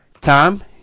Tom